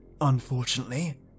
Unfortunately